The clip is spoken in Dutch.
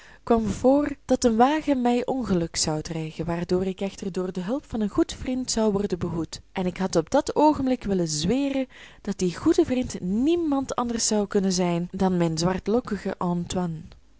kwam voor dat een wagen mij een ongeluk zou dreigen waarvoor ik echter door de hulp van een goed vriend zou worden behoed en ik had op dat oogenblik willen zweren dat die goede vriend niemand anders zou kunnen zijn dan mijn zwartlokkige antoine